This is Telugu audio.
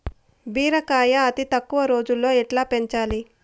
బీరకాయ అతి తక్కువ రోజుల్లో ఎట్లా పెంచాలి?